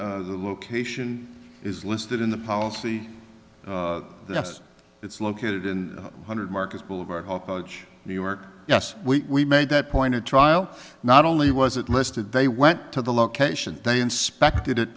e location is listed in the policy it's located in hundred markets boulevard new york yes we made that point a trial not only was it listed they went to the location they inspected it